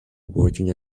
working